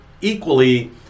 equally